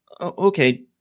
okay